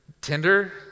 Tinder